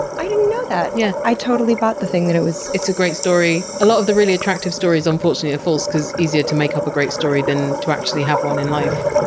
i didn't know that. yeah i totally bought the thing that it was. it's a great story. a lot of the really attractive stories, unfortunately, are false cause it's easier to make up a great story than to actually have one in life.